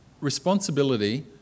Responsibility